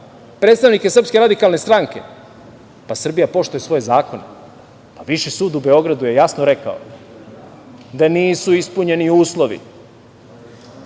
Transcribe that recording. predstavnike Srpske radikalne stranke. Pa, Srbija poštuje svoje zakone. Viši sud u Beogradu je jasno rekao da nisu ispunjeni uslovi. Želim